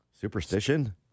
Superstition